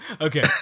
okay